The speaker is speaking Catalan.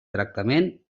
tractament